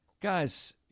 Guys